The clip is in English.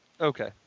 Okay